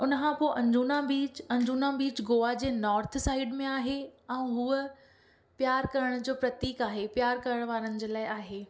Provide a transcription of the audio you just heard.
उनखां पोइ Anjuna beach Anjuna beach Goa जे नॉर्थ साइड में आहे ऐं हूअ पियारु करण जो प्रतीकु आहे पियारु करणु वारनि जे लाइ आहे